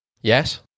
Yes